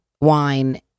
wine